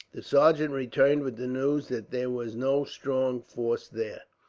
the sergeant returned with the news that there was no strong force there.